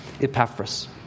Epaphras